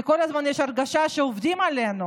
כי כל הזמן יש הרגשה שעובדים עלינו.